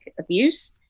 abuse